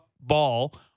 ball